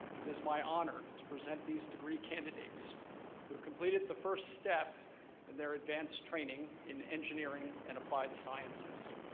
it is my honor to present these degree candidates who have completed the first step in their advanced training in engineering and applied sciences.